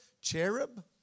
cherub